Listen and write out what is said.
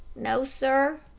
no, sir,